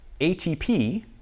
ATP